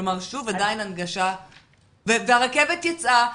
והרכבת יצאה,